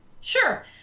Sure